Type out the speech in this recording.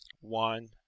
one